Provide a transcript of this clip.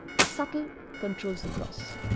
the subtle controls the gross.